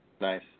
Nice